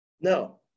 No